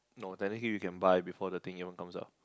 no technically you can buy before the thing even comes out